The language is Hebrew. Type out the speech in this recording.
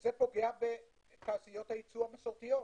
וזה פוגע בתעשיות הייצוא המסורתיות.